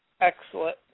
Excellent